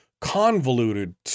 convoluted